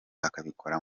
akabikora